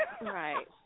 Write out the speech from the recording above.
Right